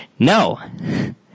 No